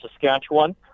Saskatchewan